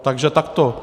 Takže takto.